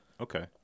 Okay